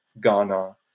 Ghana